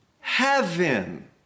heaven